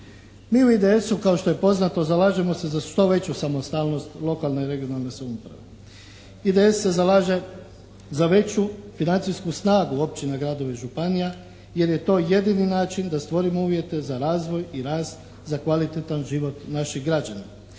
Mi u IDS-u kao što je poznato zalažemo se za što veću samostalnost lokalne i regionalne samouprave. IDS se zalaže za veću financijsku snagu općina, gradova i županija jer je to jedini način da stvorimo uvjete za razvoj i rast, za kvalitetan život naših građana.